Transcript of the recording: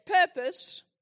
purpose